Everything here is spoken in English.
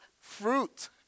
fruit